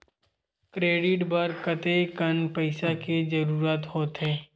Credit बर कतेकन पईसा के जरूरत होथे?